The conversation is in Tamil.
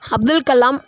அப்துல்கலாம்